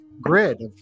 grid